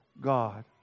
God